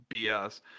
BS